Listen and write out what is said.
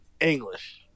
English